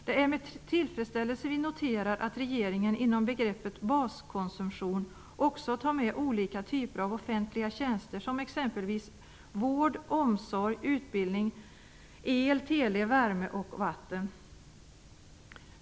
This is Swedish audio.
Det är med tillfredsställelse vi noterar att regeringen inom begreppet baskonsumtion också tar med olika typer av offentliga tjänster, t.ex. vård, omsorg, utbildning, el, tele, värme och vatten.